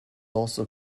also